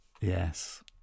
yes